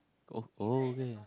oh okay